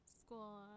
school